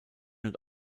und